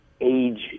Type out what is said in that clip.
age